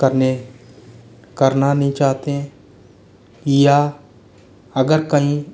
करने करना नहीं चाहते हैं या अगर कहीं